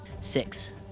Six